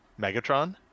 Megatron